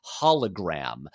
hologram